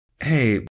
Hey